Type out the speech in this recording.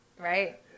right